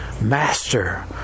Master